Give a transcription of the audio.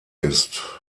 ist